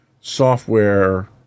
software